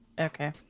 Okay